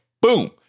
boom